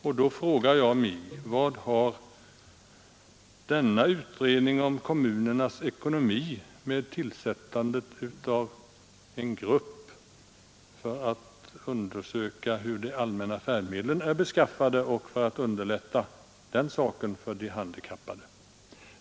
Jag frågar mig: Vad har denna utredning om kommunernas ekonomi att göra med tillsättandet av en grupp för att undersöka hur de allmänna färdmedlen är beskaffade och hur de skall kunna förbättras för de handikappade?